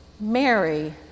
Mary